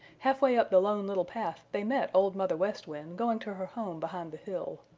half way up the lone little path they met old mother west wind going to her home behind the hill.